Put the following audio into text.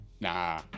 Nah